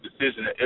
decision